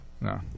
No